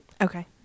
Okay